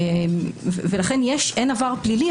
לכן אין עבר פלילי,